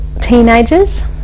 teenagers